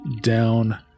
down